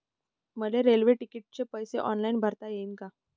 मले रेल्वे तिकिटाचे पैसे ऑनलाईन भरता येईन का?